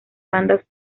bandas